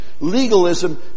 Legalism